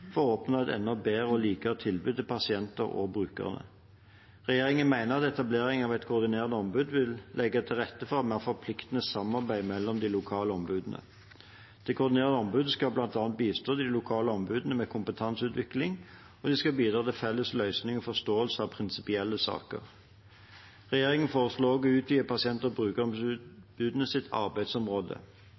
for å oppnå et enda bedre og likere tilbud til pasienter og brukere. Regjeringen mener at etablering av et koordinerende ombud vil legge til rette for et mer forpliktende samarbeid mellom de lokale ombudene. Det koordinerende ombudet skal bl.a. bistå de lokale ombudene med kompetanseutvikling, og de skal bidra til felles løsning og forståelse av prinsipielle saker. Regjeringen foreslår også å utvide pasient- og